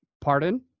Pardon